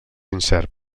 incert